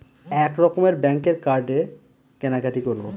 এক রকমের ব্যাঙ্কের কার্ডে কেনাকাটি করব